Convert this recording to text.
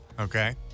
Okay